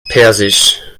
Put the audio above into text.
persisch